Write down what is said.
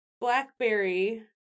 blackberry